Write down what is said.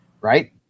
right